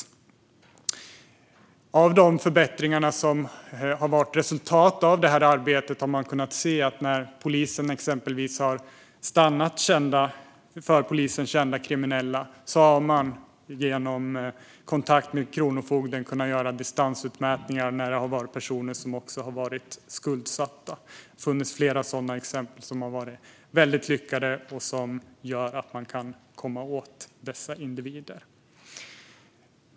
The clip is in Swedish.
Bland de förbättringar som har blivit resultatet av detta arbete kan nämnas att polisen när de har stannat kända kriminella också har kunnat göra distansutmätningar genom kontakt med Kronofogden när det har handlat om personer som varit skuldsatta. Det har funnits flera sådana exempel som har varit väldigt lyckade och som har gjort att man kunnat komma åt dessa individer.